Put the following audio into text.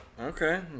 Okay